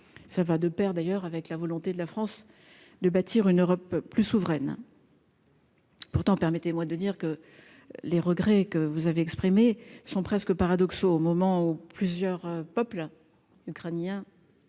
ça va de Pair d'ailleurs avec la volonté de la France, de bâtir une Europe plus souveraine. Pourtant, permettez-moi de dire que les regrets que vous avez exprimé sont presque paradoxaux, au moment où plusieurs peuple ukrainien.